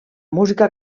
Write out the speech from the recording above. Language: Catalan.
música